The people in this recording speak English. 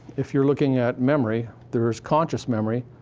if you're looking at memory, there's conscious memory,